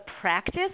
practice